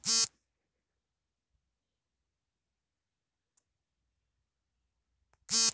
ನೇಗಿಲು ಬೀಜ ಬಿತ್ತೋ ಮೊದ್ಲು ಮಣ್ಣನ್ನು ಸಡಿಲಗೊಳಿಸಲು ಅಥವಾ ತಿರುಗಿಸೋ ಒಂದು ಕೃಷಿ ಸಾಧನವಾಗಯ್ತೆ